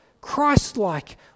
Christ-like